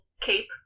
cape